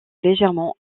légèrement